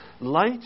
Light